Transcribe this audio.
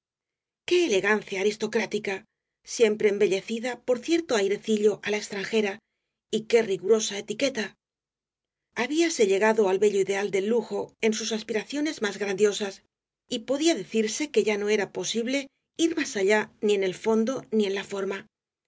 qué elegancia aristocrática siempre embellecida por cierto airecillo á la extranjera y qué rigurosa etiqueta habíase llegado al bello ideal del lujo en sus aspiraciones más grandiosas y podía decirse que ya no era posible ir más allá ni en el fondo el caballero de las botas azules ni en la forma